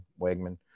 Wegman